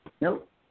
Nope